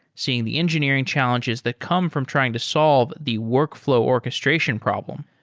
seeing the engineering challenges that come from trying to solve the workflow orchestration problem.